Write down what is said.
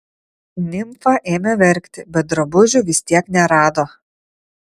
nimfa ėmė verkti bet drabužių vis tiek nerado